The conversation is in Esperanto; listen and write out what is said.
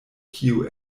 kio